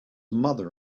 mother